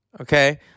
okay